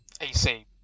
AC